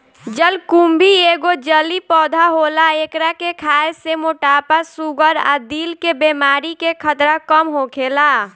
जलकुम्भी एगो जलीय पौधा होला एकरा के खाए से मोटापा, शुगर आ दिल के बेमारी के खतरा कम होखेला